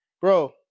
bro